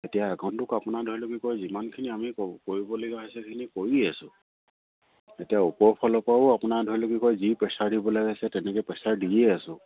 এতিয়া এখনটোক আপোনাৰ ধৰি লওক কয় যিমানখিনি আমি কৰিবলগীয়া হৈছে সেইখিনি কৰিয়ে আছোঁ এতিয়া ওপৰ ফালৰ পৰাও আপোনাৰ ধৰি লওক কয় যি প্ৰেছাৰ দিবলে আছে তেনেকে প্ৰেচাৰ দিয়ে আছোঁ